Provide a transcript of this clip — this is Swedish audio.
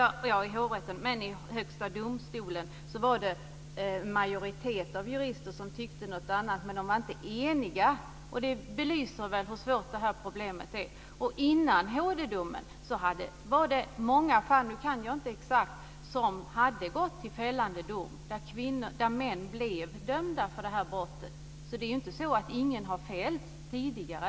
I Högsta domstolen var det en majoritet av jurister som tyckte något annat, men de var inte eniga. Det belyser väl hur svårt det här problemet är. Innan HD-domen var det många fall - jag vet inte exakt hur många - som hade gått till fällande dom, så att män blev dömda för det här brottet. Det är alltså inte så att ingen har fällts för brottet tidigare.